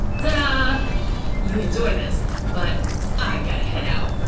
then ah you enjoy this but i got a head out